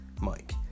Mike